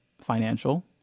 financial